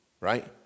right